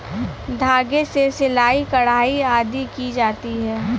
धागे से सिलाई, कढ़ाई आदि की जाती है